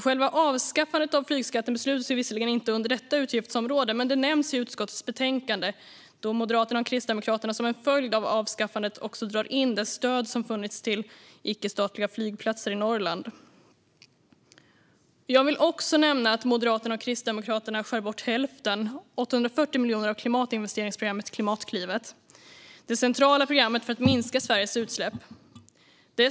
Själva avskaffandet av flygskatten beslutas visserligen inte under detta utgiftsområde, men det nämns i utskottets betänkande då Moderaterna och Kristdemokraterna som en följd av avskaffandet drar in det stöd som funnits till icke-statliga flygplatser i Norrland. Jag vill också nämna att Moderaterna och Kristdemokraterna skär bort hälften, 840 miljoner, av klimatinvesteringsprogrammet Klimatklivet som är det centrala programmet för att minska Sveriges utsläpp.